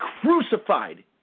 crucified